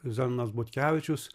zenonas butkevičius